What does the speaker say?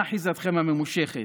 מאחיזתכם הממושכת.